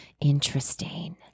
Interesting